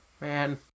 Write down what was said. man